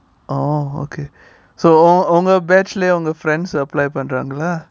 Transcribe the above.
oh okay so உங்க:unga batch leh உங்க:unga friends apply பண்றங்களா:pandrangalaa